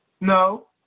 No